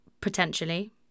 potentially